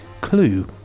Clue